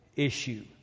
issue